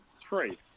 three